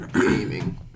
gaming